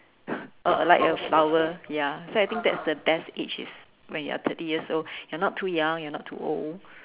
uh I like a flower ya so I think that's the best age is when you are thirty years old you're not too young you're not too old